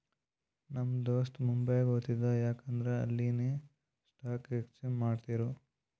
ನಮ್ ದೋಸ್ತ ಮುಂಬೈಗ್ ಹೊತ್ತಿದ ಯಾಕ್ ಅಂದುರ್ ಅಲ್ಲಿನೆ ಸ್ಟಾಕ್ ಎಕ್ಸ್ಚೇಂಜ್ ಮಾಡ್ತಿರು